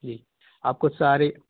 जी आपको सारे